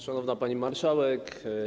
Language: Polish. Szanowna Pani Marszałek!